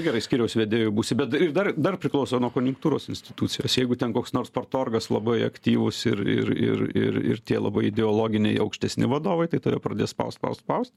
gerai skyriaus vedėju būsi bet dar dar priklauso nuo konjunktūros institucijos jeigu ten koks nors partorgas labai aktyvus ir ir ir ir ir tie labai ideologiniai aukštesni vadovai tai tave pradės spaust spaust spaust